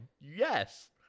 Yes